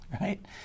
right